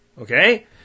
okay